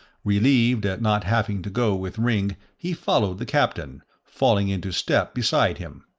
relieved at not having to go with ringg, he followed the captain, falling into step beside him.